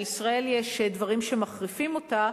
בישראל יש דברים שמחריפים אותה: